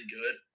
good